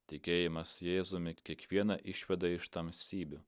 tikėjimas jėzumi kiekvieną išveda iš tamsybių